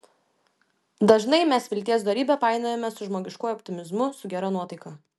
dažnai mes vilties dorybę painiojame su žmogiškuoju optimizmu su gera nuotaika